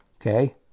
Okay